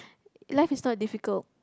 life is not difficult